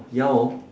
ya hor